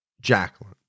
Jacqueline